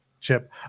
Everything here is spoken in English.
chip